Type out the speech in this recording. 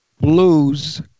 blues